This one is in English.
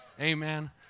Amen